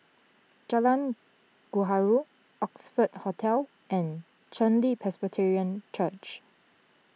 Jalan Gaharu Oxford Hotel and Chen Li Presbyterian Church